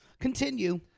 Continue